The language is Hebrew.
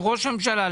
לראש הממשלה,